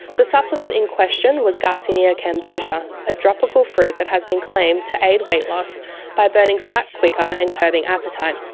the supplement in question was garcinia cambogia, a tropical fruit that has been claimed to aid weight loss by burning fat quicker and curbing appetite.